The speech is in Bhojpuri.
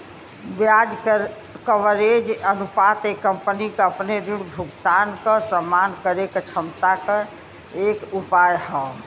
ब्याज कवरेज अनुपात एक कंपनी क अपने ऋण भुगतान क सम्मान करे क क्षमता क एक उपाय हौ